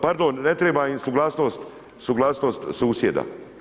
Pardon, ne treba im suglasnost susjeda.